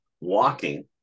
walking